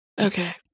Okay